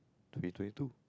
twenty twenty two